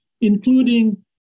including